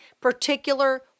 particular